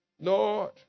Lord